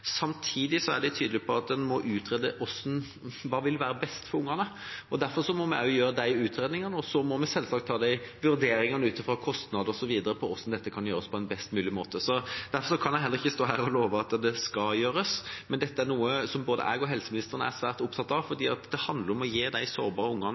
Samtidig er de tydelige på at en må utrede hva som vil være best for ungene. Derfor må vi gjøre de utredningene, og så må vi selvsagt gjøre vurderinger, ut fra kostnad osv., om hvordan dette kan gjøres på en best mulig måte. Derfor kan jeg heller ikke stå her og love at det skal gjøres, men dette er noe som både jeg og helseministeren er svært opptatt av, for det handler om å gi de sårbare ungene